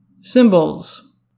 Symbols